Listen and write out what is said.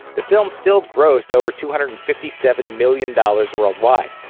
the film still grossed over two hundred and fifty seven million dollars worldwide.